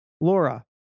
Laura